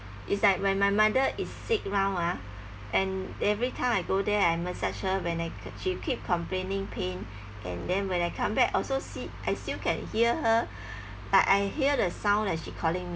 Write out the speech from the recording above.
it's like when my mother is sick now ah and every time I go there I massage her when I she keep complaining pain and then when I come back also see I still can hear her but I hear the sound like she calling